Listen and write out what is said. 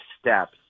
steps